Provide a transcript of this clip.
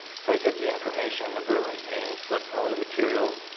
so, i took the information the berlin painting and flipped all the material,